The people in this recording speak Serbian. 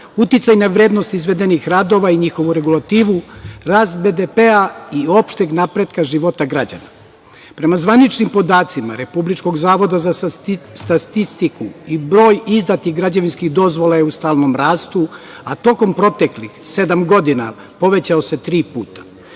uticaj na vrednosti izvedenih radova i njihovu regulativu, rast BPD-a i opšteg napretka života građana. Prema zvaničnim podacima Republičkog zavoda za statistiku i broj izdatih građevinskih dozvola je u stalnom rastu, a tokom proteklih sedam godina povećao se tri puta.